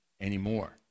anymore